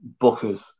Bookers